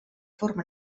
forma